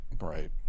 Right